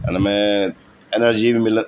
उनमें एनर्जी बि मिलंदी